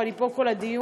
ואני פה כל הדיון,